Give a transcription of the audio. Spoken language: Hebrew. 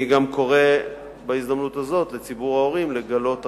אני גם קורא בהזדמנות הזאת לציבור ההורים לגלות ערנות,